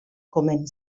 komeni